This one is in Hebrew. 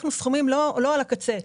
לקחנו סכומים לא על הקצה.